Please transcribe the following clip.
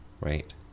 Right